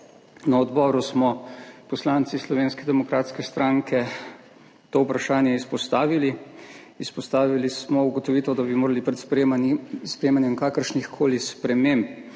Na odboru smo poslanci Slovenske demokratske stranke to vprašanje izpostavili. Izpostavili smo ugotovitev, da bi morali pred sprejemanjem kakršnihkoli sprememb